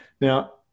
Now